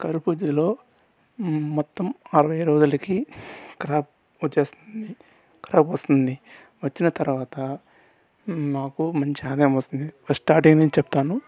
కర్బుజాలో మొత్తం అరవై ఆరు వేలకి క్రాప్ వచ్చేస్తుంది క్రాప్ వస్తుంది వచ్చిన తర్వాత మాకు మంచి ఆదాయం వస్తుంది స్టార్టింగ్ నుంచి చెప్తాను